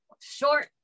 Short